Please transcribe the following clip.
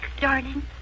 darling